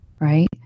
right